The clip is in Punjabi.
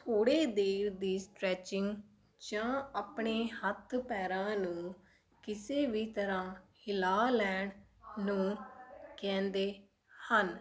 ਥੋੜ੍ਹੇ ਦੇਰ ਦੀ ਸਟਰੈਚਿੰਗ ਜਾਂ ਆਪਣੇ ਹੱਥ ਪੈਰਾਂ ਨੂੰ ਕਿਸੇ ਵੀ ਤਰ੍ਹਾਂ ਹਿਲਾ ਲੈਣ ਨੂੰ ਕਹਿੰਦੇ ਹਨ